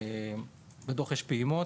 בדו"ח יש פעימות.